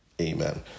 Amen